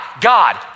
God